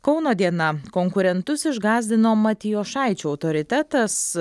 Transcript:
kauno diena konkurentus išgąsdino matijošaičio autoritetas